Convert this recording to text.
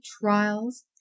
trials